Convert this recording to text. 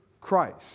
Christ